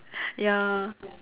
ya